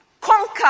conquer